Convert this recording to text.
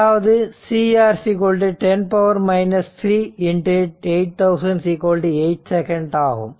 அதாவது CR 10 3 8000 8 second ஆகும்